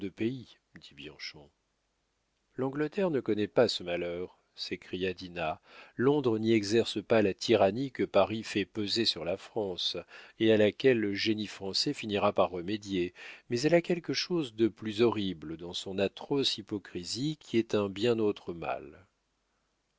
pays dit bianchon l'angleterre ne connaît pas ce malheur s'écria dinah londres n'y exerce pas la tyrannie que paris fait peser sur la france et à laquelle le génie français finira par remédier mais elle a quelque chose de plus horrible dans son atroce hypocrisie qui est un bien autre mal